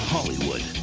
Hollywood